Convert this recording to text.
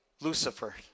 Lucifer